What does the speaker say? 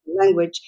language